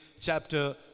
chapter